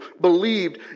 believed